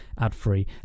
ad-free